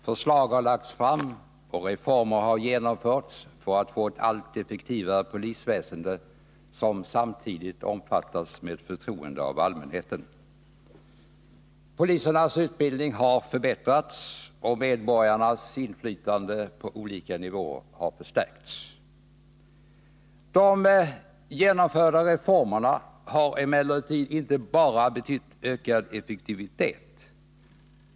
Förslag har lagts fram och reformer genomförts för att vi skall få ett allt effektivare polisväsende, som samtidigt omfattas av allmänhetens förtroende. Polisernas utbildning har förbättrats, och medborgarnas inflytande på olika nivåer har förstärkts. De genomförda reformerna har emellertid inte bara betytt ökad effektivitet.